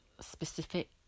specific